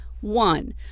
One